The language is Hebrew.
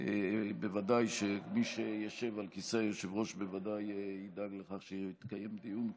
בוודאי שמי שיישב על כיסא היושב-ראש ידאג לכך שיתקיים דיון כזה,